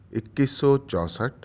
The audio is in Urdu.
اکیس سو چونسٹھ